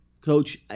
Coach